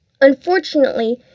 Unfortunately